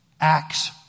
acts